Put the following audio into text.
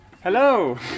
Hello